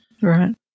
Right